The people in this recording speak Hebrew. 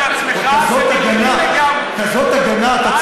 כזאת הגנה, אל